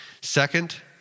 Second